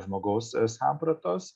žmogaus sampratos